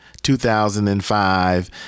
2005